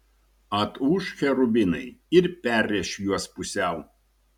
atūš cherubinai ir perrėš juos pusiau